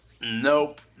Nope